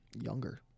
Younger